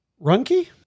Runkey